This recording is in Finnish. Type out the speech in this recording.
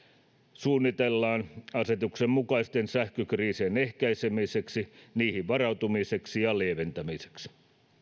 suunnitellaan asetuksen mukaisten sähkökriisien ehkäisemiseksi niihin varautumiseksi ja lieventämiseksi